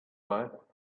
but